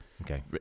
Okay